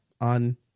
on